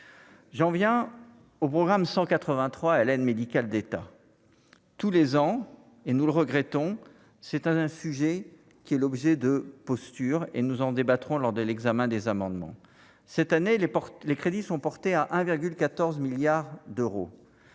j'en viens au programme 183 à l'aide médicale d'État, tous les ans et nous le regrettons, c'est un sujet qui est l'objet de posture et nous en débattrons lors de l'examen des amendements cette année les portes, les crédits sont portés à 1,14 milliards d'euros,